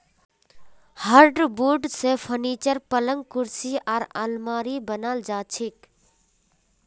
hardwood स furniture, पलंग कुर्सी आर आलमारी बनाल जा छेक